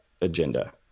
agenda